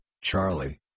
Charlie